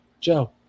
Joe